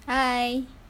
hi